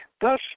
Thus